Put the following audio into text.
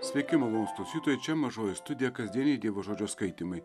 sveikimo malonūs klausytojai čia mažoji studija kasdieniai dievo žodžio skaitymai